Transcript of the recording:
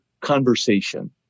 conversation